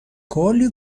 کلی